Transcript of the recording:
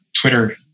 Twitter